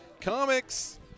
Comics